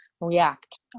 react